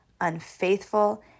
unfaithful